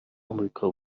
امریکا